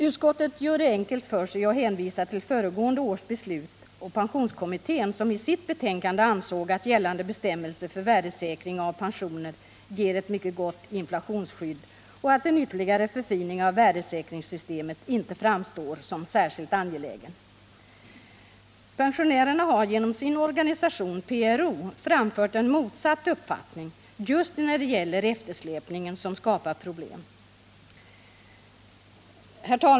Utskottet gör det enkelt för sig och hänvisar till föregående års beslut och till pensionskommittén, som i sitt betänkande ansåg att gällande bestämmelser för värdesäkring av pensioner ger ett mycket gott inflationsskydd och att en ytterligare förfining av värdesäkringssystemet inte framstår som särskilt angelägen. Pensionärerna har genom sin organisation PRO framfört en motsatt uppfattning just när det gäller eftersläpningen som skapar problem.